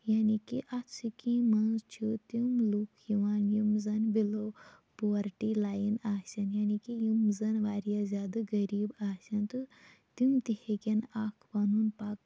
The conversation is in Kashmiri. یعنی کہِ اتھ سکیٖم مَنٛز چھ تِم لُکھ یِوان یِم زَن بِلو پُوَرٹی لایِن آسن یعنی کہِ یِم زَن واریاہ زیادٕ غریٖب آسن تِم تہِ ہیٚکَن اکھ پَنُن پَک